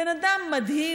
בן אדם מדהים,